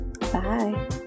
Bye